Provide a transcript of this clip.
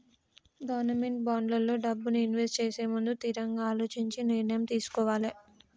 government బాండ్లల్లో డబ్బుని invest చేసేముందు తిరంగా అలోచించి నిర్ణయం తీసుకోవాలే